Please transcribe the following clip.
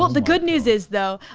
the good news is though,